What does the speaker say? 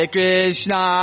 Krishna